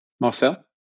Marcel